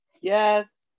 Yes